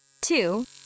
two